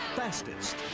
Fastest